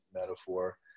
metaphor